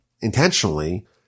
intentionally